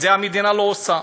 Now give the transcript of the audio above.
את זה המדינה לא עושה.